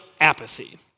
apathy